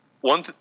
One